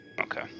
Okay